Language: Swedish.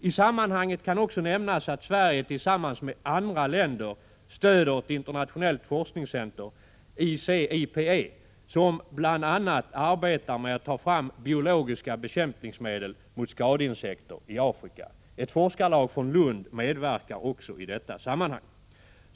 I sammanhanget kan också nämnas att Sverige tillsammans med andra länder stöder ett internationellt forskningscenter, ICIPE, som bl.a. arbetar med att ta fram biologiska bekämpningsmedel mot skadeinsekter i Afrika. Ett forskarlag från Lund medverkar också i detta sammanhang.